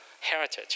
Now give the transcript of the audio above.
heritage